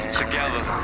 together